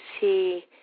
see